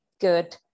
good